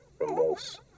remorse